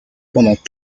pendant